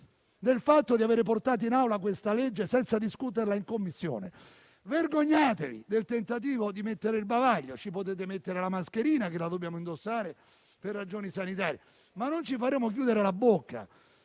del fatto di avere portato in Aula questo provvedimento senza discuterlo in Commissione. Vergognatevi del tentativo di mettere il bavaglio. Ci potete mettere la mascherina, che dobbiamo indossare per ragioni sanitarie, ma non ci faremo chiudere la bocca